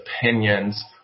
opinions